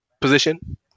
position